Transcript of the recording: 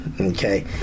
okay